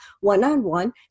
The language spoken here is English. one-on-one